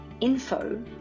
info